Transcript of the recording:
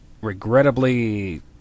regrettably